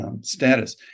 Status